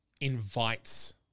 invites